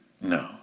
no